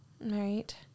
Right